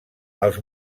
els